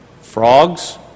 frogs